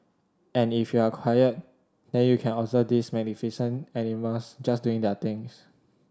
and if you're quiet then you can observe these magnificent animals just doing their things